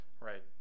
Right